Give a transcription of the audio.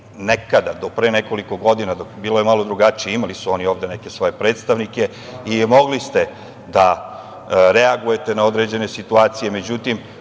i vi do pre nekoliko godina je bilo malo drugačije. Imali su oni ovde neke svoje predstavnike i mogli ste da reagujete na određene situacije. Međutim,